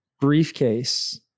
briefcase